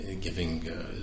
giving